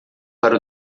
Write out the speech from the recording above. para